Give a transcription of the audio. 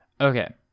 Okay